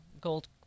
gold